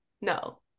no